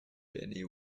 penny